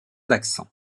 accent